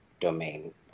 domain